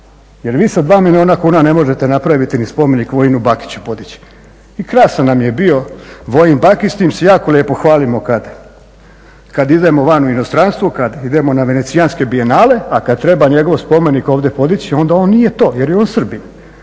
Jer vi sa 2 milijuna kuna ne možete napraviti ni spomenik Vojinu Bakiću podići. I krasan nam je bio Vojin Bakić, s tim se jako lijepo hvalimo kad idemo van u inostranstvo, kad idemo na Venecijanske bijenale, a kad treba njegov spomenik ovdje podići onda on nije to jer je on Srbin,